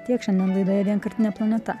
tiek šiandien laidoje vienkartinė planeta